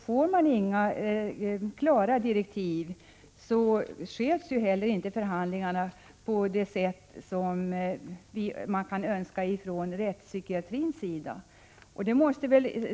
Får man inga klara direktiv, sköts inte förhandlingarna på det sätt som man från rättspsykiatrins 105 sida kan önska.